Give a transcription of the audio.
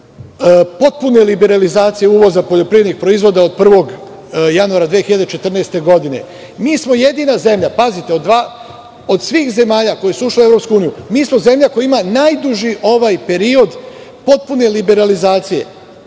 potpune liberalizacije uvoza poljoprivrednih proizvoda od 1. januara 2014. godine. Mi smo jedina zemlja, od svih zemalja koje su ušle u EU, koja ima najduži period potpune liberalizacije.